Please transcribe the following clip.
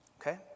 Okay